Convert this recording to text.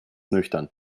nüchtern